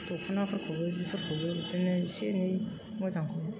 दख'नाफोरखौबो जिफोरखौबो बिदिनो एसे एनै मोजांखौ